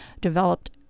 developed